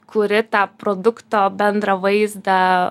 kuri tą produkto bendrą vaizdą